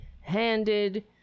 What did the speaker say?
handed